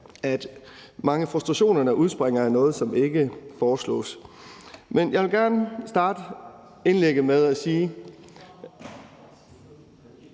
at mange af frustrationerne udspringer af noget, som ikke foreslås. Men jeg vil gerne starte indlægget med at sige: